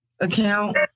account